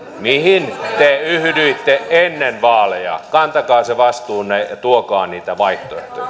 mihin te yhdyitte ennen vaaleja kantakaa se vastuunne ja tuokaa niitä